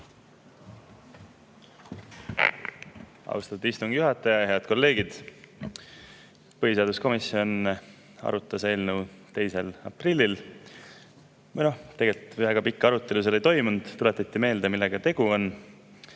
Austatud istungi juhataja! Head kolleegid! Põhiseaduskomisjon arutas eelnõu 2. aprillil. Tegelikult väga pikka arutelu seal ei toimunud, tuletati meelde, millega tegu on.